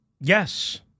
Yes